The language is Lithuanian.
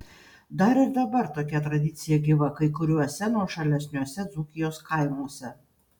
dar ir dabar tokia tradicija gyva kai kuriuose nuošalesniuose dzūkijos kaimuose